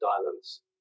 Islands